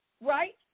Right